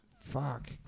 Fuck